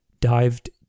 dived